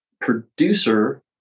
producer